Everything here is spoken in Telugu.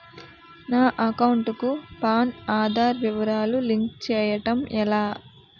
నా అకౌంట్ కు పాన్, ఆధార్ వివరాలు లింక్ చేయటం ఎలా?